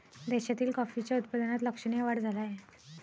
देशातील कॉफीच्या उत्पादनात लक्षणीय वाढ झाला आहे